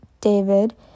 David